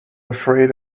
afraid